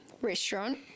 restaurant